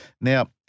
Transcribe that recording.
Now